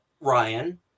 Ryan